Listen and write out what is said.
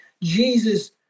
Jesus